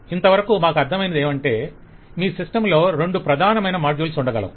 ఇంతవరకు మాకు అర్ధమైనది ఏమంటే మీ సిస్టం లో 2 ప్రధానమైన మాడ్యుల్ లు ఉండగలవు